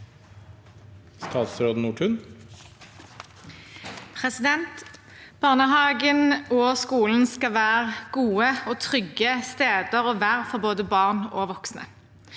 Barneha- gen og skolen skal være gode og trygge steder å være for både barn og voksne.